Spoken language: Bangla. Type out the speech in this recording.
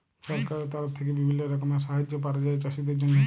সরকারের তরফ থেক্যে বিভিল্য রকমের সাহায্য পায়া যায় চাষীদের জন্হে